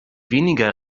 weniger